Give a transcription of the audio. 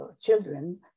children